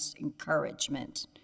encouragement